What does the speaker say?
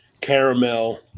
caramel